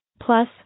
Plus